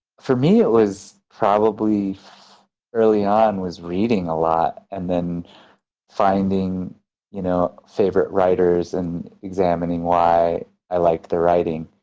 for me it was probably early on reading reading a lot and then finding you know favorite writers and examining why i liked their writing.